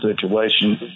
situation